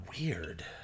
weird